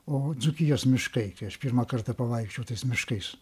o dzūkijos miškai kai aš pirmą kartą pavaikščiojau tais miškais